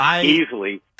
easily